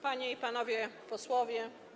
Panie i Panowie Posłowie!